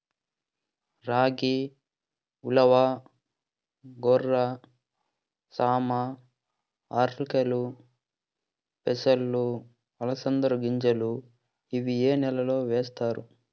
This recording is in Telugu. రాగి, ఉలవ, కొర్ర, సామ, ఆర్కెలు, పెసలు, అలసంద గింజలు ఇవి ఏ నెలలో వేస్తారు?